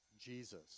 Jesus